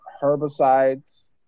herbicides